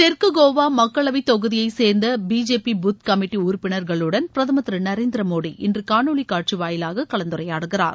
தெற்கு கோவா மக்களவை தொகுதியை சேர்ந்த பிஜெபி பூத் கமிட்டி உறுப்பினர்களுடன் பிரதமர் திரு நரேந்திர மோடி இன்று கானொளி காட்சி வாயிலாக கலந்துரையாடுகிறார்